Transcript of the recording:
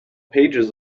pages